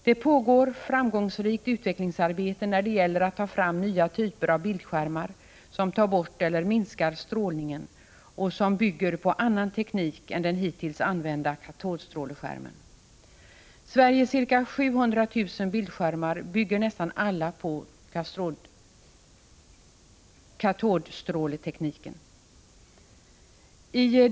Det pågår framgångsrikt utvecklingsarbete när det gäller att ta fram nya typer av bildskärmar som tar bort eller minskar strålningen och som bygger på annan teknik än den hittills använda katodstråleskärmen. Sveriges ca 700 000 bildskärmar bygger nästan alla på katodstråletekniken.